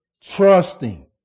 trusting